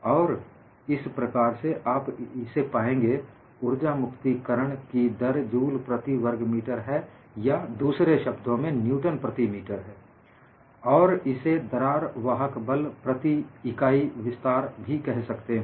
और इस प्रकार से आप इसे पाएंगे ऊर्जा मुक्ति करण की दर जूल प्रति वर्ग मीटर है या दूसरे शब्दों में न्यूटन प्रति मीटर है और इसे दरार वाहक बल प्रति इकाई विस्तार भी कह सकते हैं